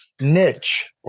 niche